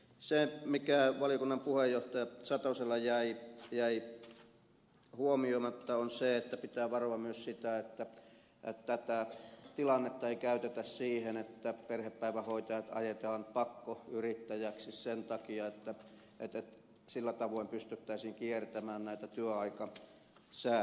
se mikä valiokunnan puheenjohtaja satoselta jäi huomioimatta on se että pitää varoa myös sitä että tätä tilannetta ei käytetä siihen että perhepäivähoitajat ajetaan pakkoyrittäjiksi sen takia että sillä tavoin pystyttäisiin kiertämään näitä työaikasäädöksiä